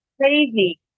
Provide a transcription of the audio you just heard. Crazy